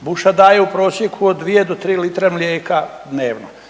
buša daje u prosjeku od 2 do 3 litre mlijeka dnevno.